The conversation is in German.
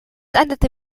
endete